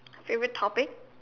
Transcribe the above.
favorite topic